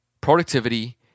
productivity